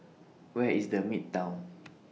Where IS The Midtown